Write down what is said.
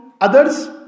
others